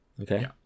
okay